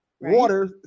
water